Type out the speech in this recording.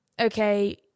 okay